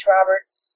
Roberts